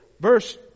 Verse